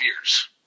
years